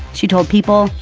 she told people,